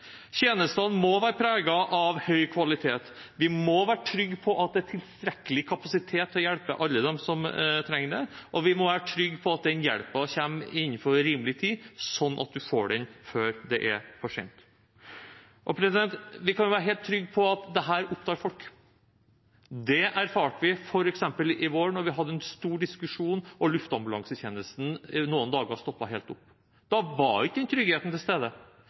Tjenestene må være preget av høy kvalitet. Vi må være trygg på at det er tilstrekkelig kapasitet til å hjelpe alle dem som trenger det, og vi må være trygg på at den hjelpen kommer innen rimelig tid, slik at man får den før det er for sent. Vi kan være helt trygg på at dette opptar folk. Det erfarte vi f.eks. i vår, da vi hadde en stor diskusjon, og luftambulansetjenesten noen dager stoppet helt opp. Da var ikke den tryggheten til stede.